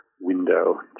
window